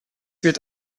wird